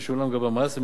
ששולם לגביהם מס,